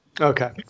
Okay